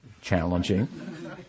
challenging